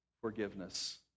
forgiveness